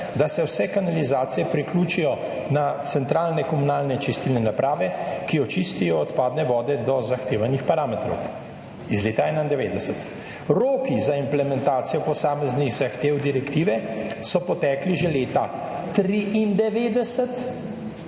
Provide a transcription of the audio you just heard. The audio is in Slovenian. da se vse kanalizacije priključijo na centralne komunalne čistilne naprave, ki jo čistijo odpadne vode do zahtevanih parametrov, iz leta 1991. Roki za implementacijo posameznih zahtev direktive so potekli že leta 1993